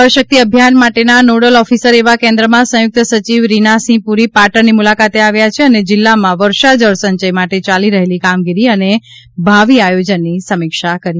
જળ શક્તિ અભિયાન માટેના નોડલ ઓફિસર એવા કેન્દ્રમાં સંયુક્ત સચિવ રીનાસિંહ પુરી પાટણની મુલાકાતે આવ્યા છે અને જિલ્લામાં વર્ષાજળ સંચય માટે ચાલી રહેલી કામગીરી અને ભાવી આયોજનની સમીક્ષા કરી હતી